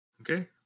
Okay